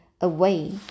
away